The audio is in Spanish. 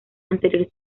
anteriores